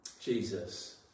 Jesus